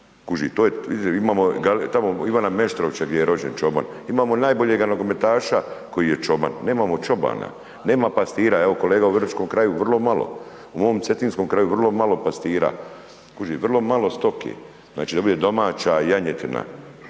to je, imamo tamo Ivana Meštrovića gdje je rođen čoban, imamo najboljega nogometaša koji je čoban, nemamo čobana, nema pastira, evo kolega u Vrgoračkom kraju vrlo malo, u mom Cetinskom kraju vrlo malo pastira, vrlo malo stoke. Znači da bude domaća janjetina,